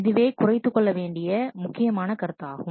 இதுவே குறைத்துக் கொள்ள வேண்டிய முக்கியமான கருத்தாகும்